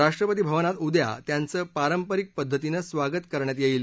राष्ट्रपती भवनात उद्या त्यांचं पारंपरिक पद्धतीनं स्वागत करण्यात येईल